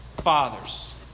fathers